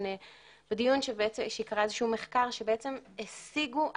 בדיון שהיא קראה איזשהו מחקר שבעצם השיגו,